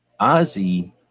Ozzy